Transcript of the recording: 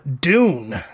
dune